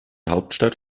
hauptstadt